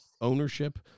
ownership